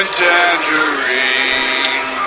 tangerine